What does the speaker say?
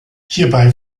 hierbei